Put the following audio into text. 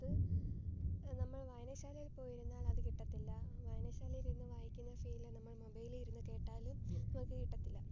അത് നമ്മൾ വായനശാലയിൽ പോയിരുന്നാൽ അത് കിട്ടത്തില്ല വായനശാലയിലിരുന്ന് വായിക്കുന്ന ഫീല് നമ്മൾ മൊബൈലി ഇരുന്ന് കേട്ടാലും നമുക്ക് കിട്ടത്തില്ല